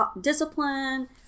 discipline